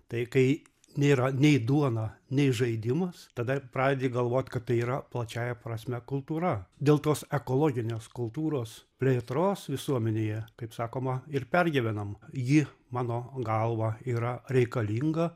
tai kai nėra nei duona nei žaidimas tada pradedi galvot kad tai yra plačiąja prasme kultūra dėl tos ekologinės kultūros plėtros visuomenėje kaip sakoma ir pergyvenam ji mano galva yra reikalinga